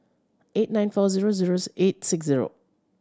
eight nine four zero zero eight six zero